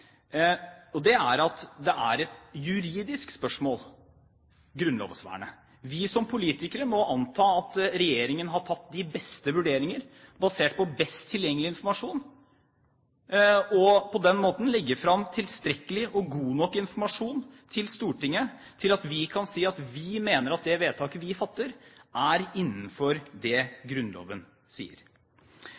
og det er at grunnlovsvernet er et juridisk spørsmål. Vi som politikere må anta at regjeringen har tatt de beste vurderinger basert på best tilgjengelig informasjon og på den måten har lagt fram tilstrekkelig og god nok informasjon til Stortinget til at vi kan si at vi mener at det vedtaket vi fatter, er innenfor det Grunnloven sier.